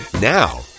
Now